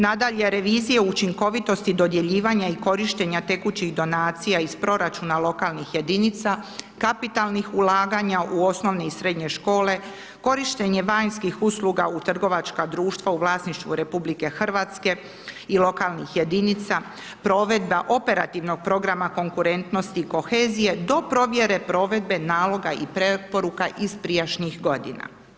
Nadalje, revizija učinkovitosti dodjeljivanja i korištenja tekućih donacija iz proračuna lokalnih jedinica, kapitalnih ulaganja u osnovne i srednje škole, korištenje vanjskih usluga u trgovačka društva u vlasništvu RH i lokalnih jedinica, provedba operativnog programa konkurentnosti i kohezije, do provjere provedbe naloga i preporuka iz prijašnjih godina.